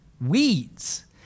Weeds